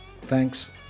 Thanks